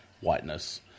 whiteness